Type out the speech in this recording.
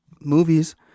movies